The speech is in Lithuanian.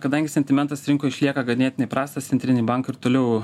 kadangi sentimentas rinkoj išlieka ganėtinai prastas centriniai bankai ir toliau